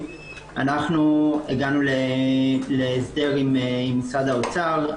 אנחנו הגענו להסדר עם משרד האוצר,